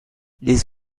les